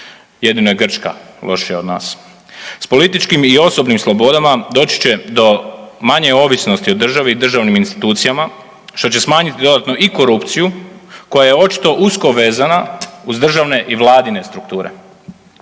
jedino je Grčka lošija od nas. S političkim i osobnim slobodama doći će do manje ovisnosti o državi i državnim institucijama što će smanjiti dodatno i korupciju koja je očito usko vezana uz državne i vladine strukture.